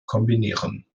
kombinieren